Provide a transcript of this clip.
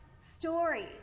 stories